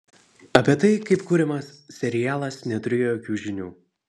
apie tai kaip kuriamas serialas neturėjo jokių žinių